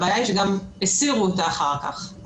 הבעיה היא שהם גם הסירו אותה אחר כך.